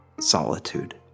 solitude